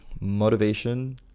motivation